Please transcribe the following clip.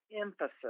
emphasis